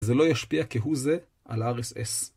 זה לא ישפיע כהוא זה על RSS.